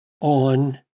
on